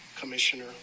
commissioner